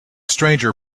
stranger